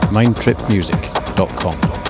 Mindtripmusic.com